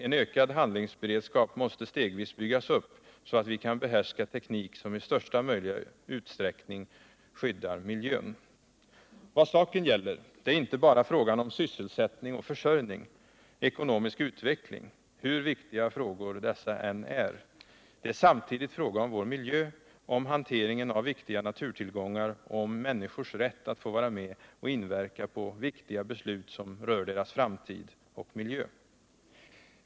En ökad handlingsberedskap måste stegvis byggas upp så att vi kan behärska teknik som i största möjliga utsträckning skyddar miljön. Vad saken gäller är inte bara sysselsättning, försörjning och ekonomisk utveckling, hur viktiga dessa frågor än är. Det är samtidigt fråga om vår miljö, om hanteringen av viktiga naturtillgångar och om människors rätt att få vara med och inverka på viktiga beslut som rör deras framtid och miljö.